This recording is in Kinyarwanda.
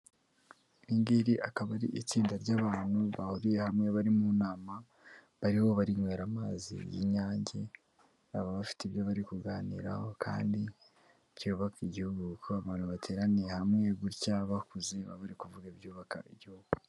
Iri ngiri akaba ari itsinda ry'abantu bahuriye hamwe bari mu nama, bariho barinywera amazi y'inyange, baba bafite ibyo bari kuganiraho kandi byubaka igihugu, kuko abantu bateraniye hamwe gutya bakuze baba bari kuvuga ibyubaka igihugu.